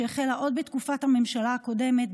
שהחלה עוד בתקופת הממשלה הקודמת,